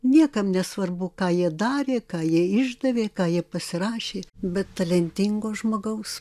niekam nesvarbu ką jie darė ką jie išdavė ką jie pasirašė bet talentingo žmogaus